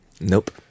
Nope